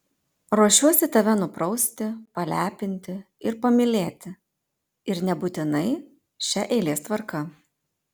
ruošiuosi tave nuprausti palepinti ir pamylėti ir nebūtinai šia eilės tvarka